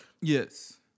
Yes